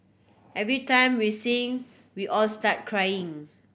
every time we sing we all start crying